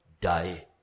die